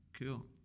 cool